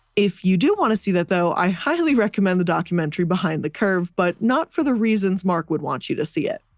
if you do wanna see that though, i highly recommend the documentary behind the curve but not for the reasons mark would want you to see it.